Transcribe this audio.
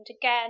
again